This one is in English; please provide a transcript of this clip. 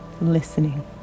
listening